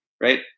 right